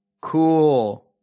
cool